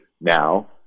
now